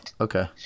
okay